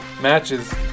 matches